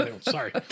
Sorry